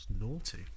naughty